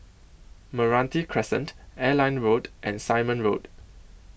Meranti Crescent Airline Road and Simon Road